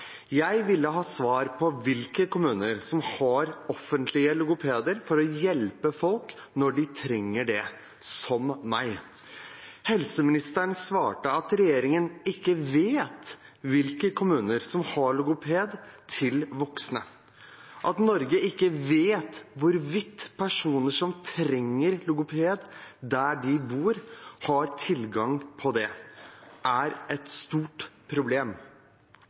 Jeg ville ha svar på hvilke kommuner som har offentlige logopeder for å hjelpe folk når de trenger det. Helseministeren svarte at regjeringen ikke vet hvilke kommuner som har logoped til voksne. At Norge ikke vet hvorvidt personer som trenger logoped der de bor, har tilgang på det, er et stort problem.